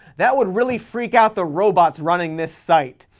that would really freak out the robots running this site.